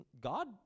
God